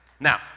Now